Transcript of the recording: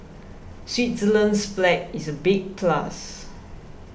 Switzerland's flag is a big plus